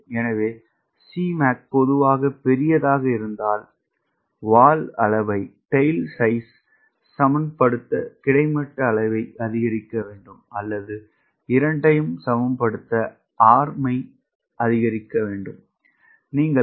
எனவே Cmac பொதுவாக பெரியதாக இருந்தால் அதை சமப்படுத்த வால் அளவை கிடைமட்ட அளவை அதிகரிக்க வேண்டும் அல்லது அந்த மொமெண்ட்டை சமப்படுத்த arm ஐ அதிகரிக்க வேண்டும் அல்லது அவை இரண்டையும் அதிகரிக்க வேண்டும்